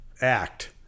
act